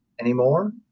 anymore